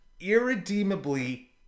irredeemably